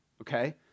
Okay